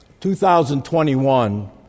2021